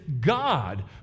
God